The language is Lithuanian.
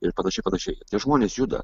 ir panašiai panašiai tie žmonės juda